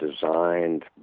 designed